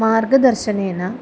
मार्गदर्शनेन